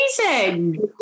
amazing